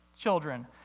children